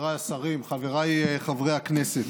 חבר הכנסת